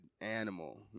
animal